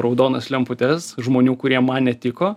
raudonas lemputes žmonių kurie man netiko